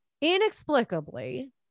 inexplicably